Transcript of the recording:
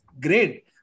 Great